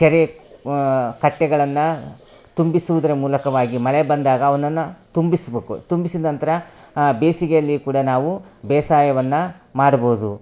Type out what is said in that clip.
ಕೆರೆ ವಾ ಕಟ್ಟೆಗಳನ್ನು ತುಂಬಿಸುವುದರ ಮೂಲಕವಾಗಿ ಮಳೆ ಬಂದಾಗ ಅವನ್ನ ತುಂಬಿಸಬೇಕು ತುಂಬಿಸಿದ ನಂತರ ಬೇಸಿಗೆಯಲ್ಲಿ ಕೂಡ ನಾವು ಬೇಸಾಯವನ್ನು ಮಾಡ್ಬೌದು